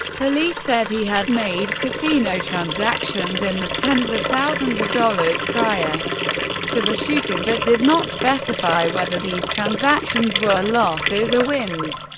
police said he had made casino transactions in the tens of thousands of dollars prior to the shooting, but did not specify whether these transactions were losses or wins.